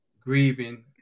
grieving